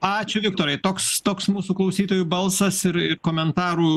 ačiū viktorai toks toks mūsų klausytojų balsas ir komentarų